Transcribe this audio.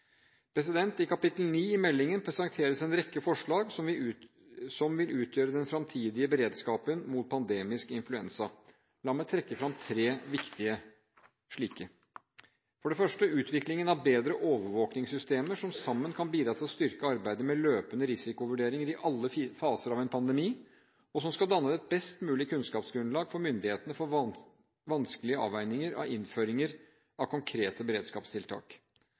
I kapittel 9 i meldingen presenteres en rekke forslag som vil utgjøre den fremtidige beredskapen mot pandemisk influensa. La meg trekke fram tre av de viktigste: For det første gjelder det utviklingen av bedre overvåkningssystemer som sammen kan bidra til å styrke arbeidet med løpende risikovurderinger i alle faser av en pandemi, og som skal danne et best mulig kunnskapsgrunnlag for myndighetene for vanskelige avveininger av innføringer av konkrete beredskapstiltak.